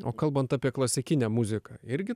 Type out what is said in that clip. o kalbant apie klasikinę muziką irgi